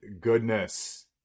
goodness